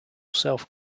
self